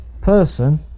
person